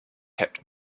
kept